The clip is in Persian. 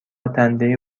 دنده